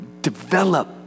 develop